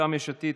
מטעם יש עתיד,